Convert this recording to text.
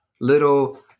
little